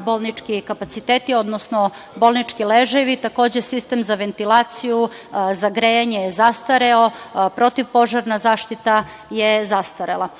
bolnički kapaciteti, odnosno bolnički ležajevi, takođe sistem za ventilaciju, za grejanje je zastareo, protiv požarna zaštita je zastarela. Izgradnja